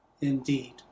indeed